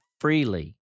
freely